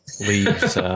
Leaves